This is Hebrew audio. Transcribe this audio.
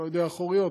האחוריות,